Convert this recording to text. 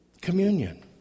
communion